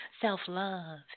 self-love